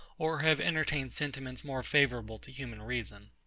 or have entertained sentiments more favourable to human reason.